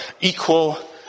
equal